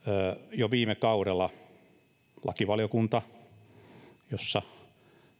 jo viime kaudella lakivaliokunta jossa